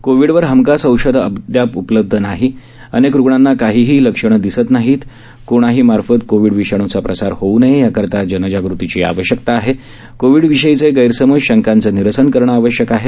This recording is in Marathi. कोविडवर हमखास औषध अद्याप उपलब्ध नाही अनेक रुग्णांना काहीही लक्षणं दिसत नाहीत कोणाहीमार्फत कोविड विषाणूंचा प्रसार होऊ नये याकरता जनजागृतीची आवश्यकता आहे कोविडविषयीचे गैरसमज शंकांचं निरसन करणं आवश्यक आहे